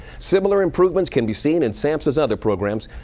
similar improvements can be seen in samsa's other programs.